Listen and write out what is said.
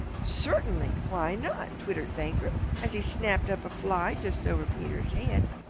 certainly why not? twittered banker as he snapped up a fly just over peter's head.